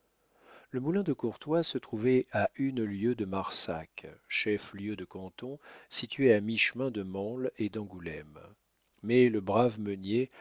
le moulin de courtois se trouvait à une lieue de marsac chef-lieu de canton situé à mi-chemin de mansle et d'angoulême mais le brave meunier